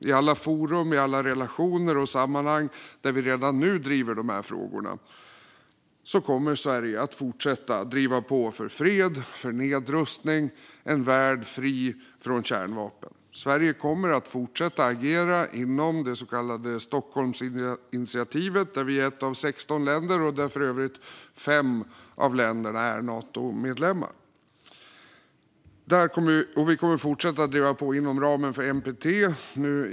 I alla forum, relationer och sammanhang där vi redan nu driver de här frågorna kommer Sverige att fortsätta driva på för fred, nedrustning och en värld fri från kärnvapen. Sverige kommer att fortsätta agera inom det så kallade Stockholmsinitiativet där vi är ett av 16 länder och där för övrigt 5 av länderna är Natomedlemmar. Vi kommer att fortsätta driva på inom ramen för NPT.